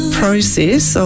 process